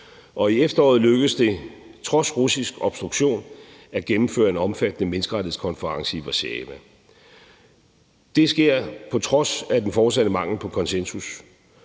I efteråret lykkedes det trods russisk obstruktion at gennemføre en omfattende menneskerettighedskonference i Warszawa. Det sker på trods af den fortsatte mangel på konsensus,